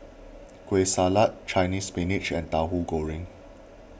Kueh Salat Chinese Spinach and Tahu Goreng